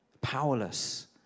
powerless